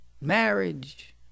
marriage